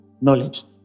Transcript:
knowledge